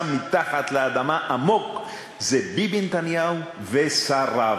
עמוק מתחת לאדמה זה ביבי נתניהו ושריו.